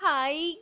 Hi